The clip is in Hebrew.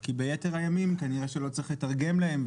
כי ביתר הימים כנראה לא צריך לתרגם להם.